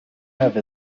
have